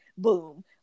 boom